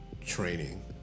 Training